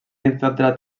identitat